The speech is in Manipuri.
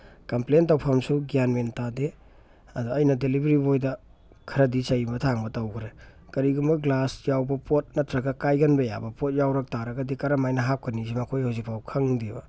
ꯀꯝꯄ꯭ꯂꯦꯟ ꯇꯧꯐꯝꯁꯨ ꯒ꯭ꯌꯥꯟ ꯃꯦꯟ ꯇꯥꯗꯦ ꯑꯗꯣ ꯑꯩꯅ ꯗꯦꯂꯤꯕꯔꯤ ꯕꯣꯏꯗ ꯈꯔꯗꯤ ꯆꯩꯕ ꯊꯥꯡꯕ ꯇꯧꯈ꯭ꯔꯦ ꯀꯔꯤꯒꯨꯝꯕ ꯒ꯭ꯂꯥꯁ ꯌꯥꯎꯕ ꯄꯣꯠ ꯅꯠꯇ꯭ꯔꯒ ꯀꯥꯏꯒꯟꯕ ꯌꯥꯕ ꯄꯣꯠ ꯌꯥꯎꯔꯛꯄ ꯇꯥꯔꯒꯗꯤ ꯀꯔꯝ ꯍꯥꯏꯅ ꯍꯥꯞꯀꯅꯤꯁꯤ ꯃꯈꯣꯏ ꯍꯧꯖꯤꯛꯐꯥꯎ ꯈꯪꯗꯦꯕ